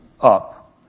up